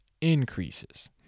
increases